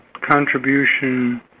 contribution